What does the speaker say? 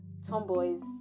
Tomboys